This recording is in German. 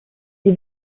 sie